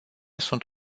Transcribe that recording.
sunt